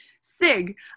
SIG